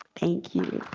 thank you.